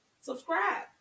subscribe